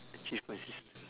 achievement system